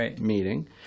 meeting